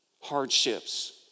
hardships